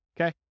okay